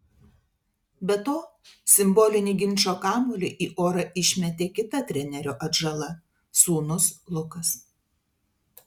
be to simbolinį ginčo kamuolį į orą išmetė kita trenerio atžala sūnus lukas